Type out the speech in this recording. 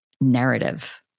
narrative